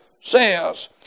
says